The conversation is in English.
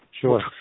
Sure